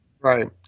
Right